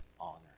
honor